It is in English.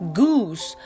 goose